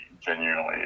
genuinely